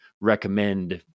recommend